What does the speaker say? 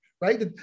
right